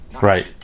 Right